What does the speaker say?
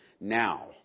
Now